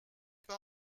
pas